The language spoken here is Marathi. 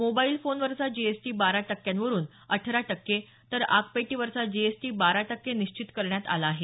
मोबाईल फोनवरचा जीएसटी बारा टक्क्यांवरून अठरा टक्के तर आगपेटीवरचा जीएसटी बारा टक्के निश्चित करण्यात आला आहे